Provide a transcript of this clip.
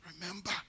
Remember